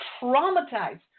traumatized